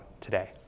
today